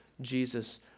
Jesus